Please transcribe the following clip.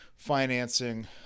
financing